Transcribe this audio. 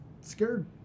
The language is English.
scared